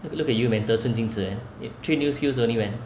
look look at you man 得寸进尺 eh eh three new skills only man